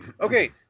Okay